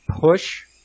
push